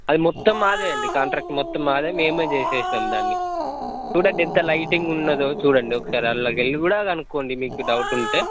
అది మొత్తం మాదే అండి కాంట్రాక్టు మొత్తం మాదే మేమే చేసేసినాం దాన్ని చూడండి ఎంత లైటింగ్ ఉన్నదో చూడండి ఒకసారి అందులోకెల్లి కూడా కనుక్కోం డి డౌట్ ఉంటే